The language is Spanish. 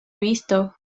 visto